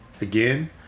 again